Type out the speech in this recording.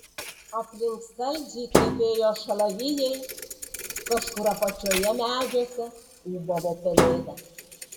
aplink saldžiai kvepėjo šalavijai kažkur apačioje medžiuose ūbavo pelėda